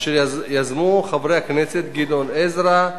אשר יזמו חברי הכנסת גדעון עזרא,